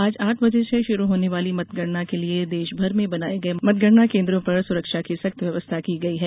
आज आठ बजे से शुरू होने वाली मतगणना के लिए देश भर में बनाये गये मतगणना केंद्रो पर सुरक्षा की सख्त व्यवस्था की गई है